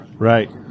Right